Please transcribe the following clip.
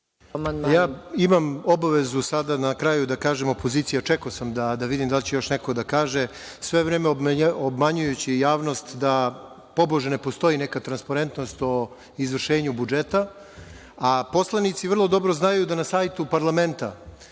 Ja imam obavezu sada na kraju da kažem opoziciji, a čekao sam da vidim da li će još neko da kaže nešto, sve vreme obmanjujući javnost da tobože ne postoji neka transparentnost o izvršenju budžeta, a poslanici vrlo dobro znaju da na sajtu parlamenta,